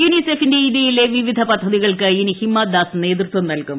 യുണിസെഫിന്റെ ഇന്ത്യയിലെ വിവിധ പദ്ധതികൾക്ക് ഇനി ഹിമാദാസ് നേതൃത്വം നൽകും